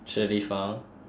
食立方